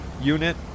Unit